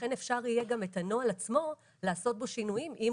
לכן אפשר יהיה לעשות גם שינויים בנוהל